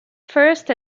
first